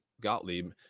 Gottlieb